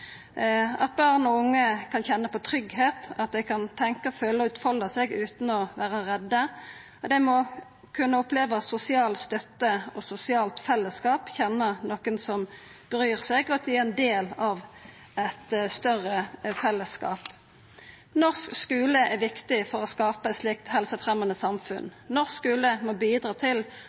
at dei kan kjenna på tryggleik, at dei kan tenkja, føla og utfolda seg utan å vera redde. Dei må kunna oppleva sosial støtte og sosialt fellesskap, kjenna nokon som bryr seg, og at dei er ein del av eit større fellesskap. Norsk skule er viktig for å skapa eit slikt helsefremjande samfunn. Norsk skule må bidra til